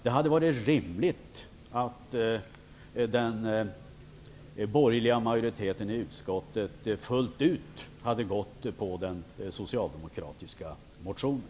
Det hade varit rimligt att den borgerliga majoriteten i utskottet fullt ut hade tillstyrkt den socialdemokratiska motionen.